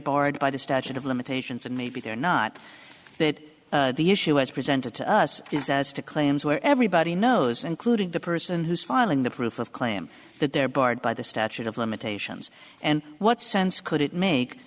barred by the statute of limitations and maybe they're not that the issue as presented to us is as to claims where everybody knows including the person who's filing the proof of claim that they're barred by the statute of limitations and what sense could it make